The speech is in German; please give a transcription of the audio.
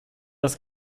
das